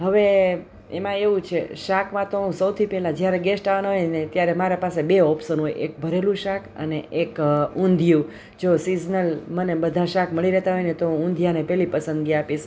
હવે એમાં એવું છે શાકમાં તો હું સૌથી પહેલાં જ્યારે ગેસ્ટ આવવાના હોયને ત્યારે મારા પાસે બે ઓપ્શન હોય એક ભરેલું શાક અને એક ઊંધિયું જો સિઝનલ મને બધાં શાક મળી રહેતા હોય ને તો હું ઊંધિયાને પહેલી પસંદગી આપીશ